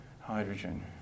hydrogen